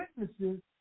witnesses